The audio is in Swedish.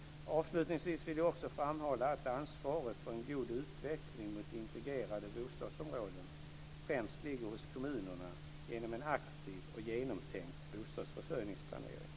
Avslutningsvis vill jag också framhålla att ansvaret för en god utveckling mot integrerade bostadsområden främst ligger hos kommunerna genom en aktiv och genomtänkt bostadsförsörjningsplanering.